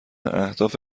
اهداف